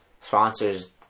sponsors